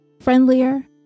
friendlier